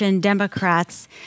Democrats